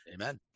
amen